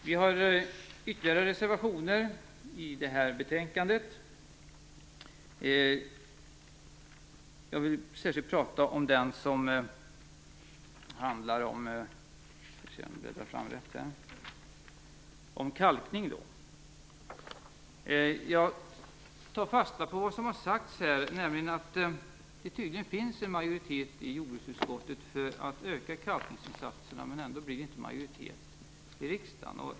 Vi har ytterligare reservationer i betänkandet. Jag vill särskilt tala om den som handlar om kalkning. Jag tar fasta på vad som sagts här i debatten, nämligen att det tydligen finns en majoritet i jordbruksutskottet för att öka kalkningsinsatserna. Ändå är det inte majoritet i riksdagen för det.